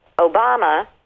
Obama